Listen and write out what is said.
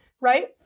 right